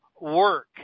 work